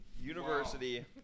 University